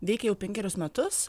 veikia jau penkerius metus